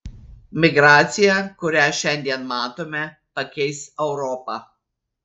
migracija kurią šiandien matome pakeis europą